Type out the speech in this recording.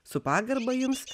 su pagarba jums